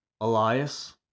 Elias